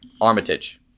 Armitage